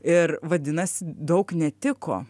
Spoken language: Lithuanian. ir vadinasi daug netiko